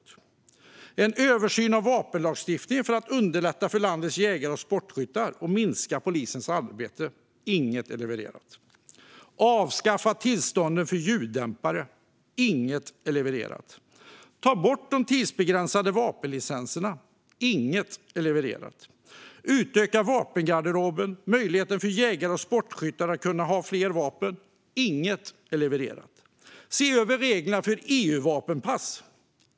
Göra en översyn av vapenlagstiftningen för att underlätta för landets jägare och sportskyttar och minska polisens arbete. Inget är levererat. Avskaffa tillstånden på ljuddämpare. Inget är levererat. Ta bort de tidsbegränsade vapenlicenserna. Inget är levererat. Utöka vapengarderoben, det vill säga möjligheten för jägare och sportskyttar att ha fler vapen. Inget är levererat. Se över reglerna för EU-vapenpass.